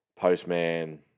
Postman